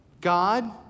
God